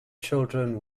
children